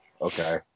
Okay